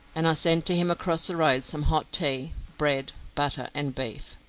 and i sent to him across the road some hot tea, bread, butter, and beef.